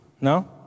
No